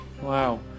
Wow